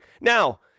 Now